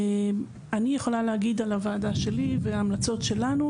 אני יכולה להגיד על הוועדה שלי וההמלצות שלנו,